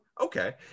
okay